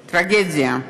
טרגדיה.